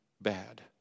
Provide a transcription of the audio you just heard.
bad